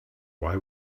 why